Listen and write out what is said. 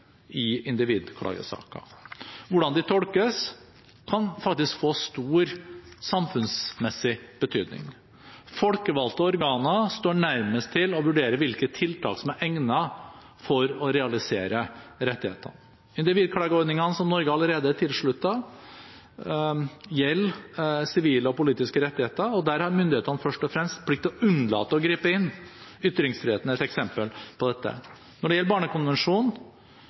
i individklagesaker. Hvordan de tolkes, kan faktisk få stor samfunnsmessig betydning. Folkevalgte organer står nærmest til å vurdere hvilket tiltak som er egnet for å realisere rettighetene. Individklageordningene som Norge allerede er tilsluttet, gjelder sivile og politiske rettigheter, og der har myndighetene først og fremst plikt til å unnlate å gripe inn. Ytringsfriheten er et eksempel på dette. Når det gjelder barnekonvensjonen,